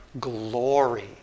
glory